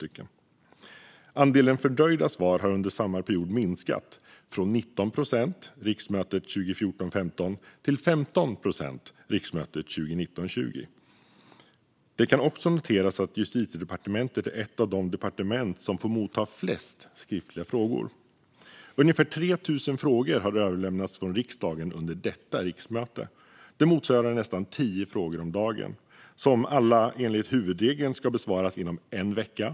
Andelen fördröjda svar har under samma period minskat, från 19 procent riksmötet 2014 20. Det kan också noteras att Justitiedepartementet är ett av de departement som får motta flest skriftliga frågor. Ungefär 3 000 frågor har överlämnats från riksdagen under detta riksmöte. Det motsvarar nästan tio frågor om dagen, som alla enligt huvudregeln ska besvaras inom en vecka.